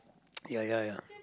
ya ya ya